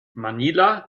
manila